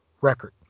record